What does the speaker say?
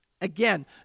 again